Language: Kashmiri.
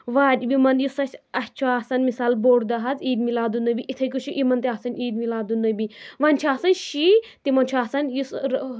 وارِ یِمن یُس اَسہِ اَسہِ چھُ آسان مِثال بوٚڑ دۄہ حظ عیٖد مِلادالنبی یِتھے کٔنۍ چھُ یِمن تہِ آسان عیٖد مِلادالنبی وۄنۍ چھُ آسان شِی تِمن چھُ آسان یُس